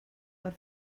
per